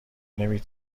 نمی